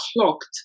clocked